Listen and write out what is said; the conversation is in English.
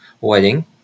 wedding